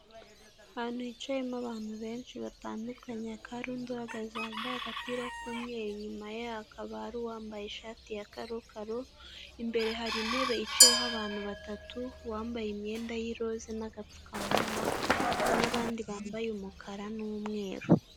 Ahantu hicayemo abantu benshi batandukanye hakaba hari undi uhagaze yambaye agapira k'umweru, inyuma hakaba hari uwambaye ishati ya karokaro, imbere hari intebe yicayeho abantu batatu wambaye imyenda y'iroza n'agapfukamunwa, n'abandi bambaye umukara n'umweru.